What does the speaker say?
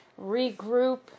regroup